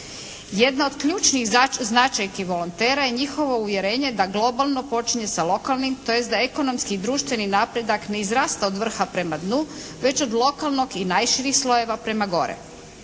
Jedna od ključnih značajki volontera je njihovo uvjerenje da globalno počinje sa lokalnim, tj. da ekonomski i društveni napredak ne izrasta od vrha prema dnu, već od lokalnog i najširih slojeva prema gore.